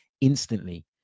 instantly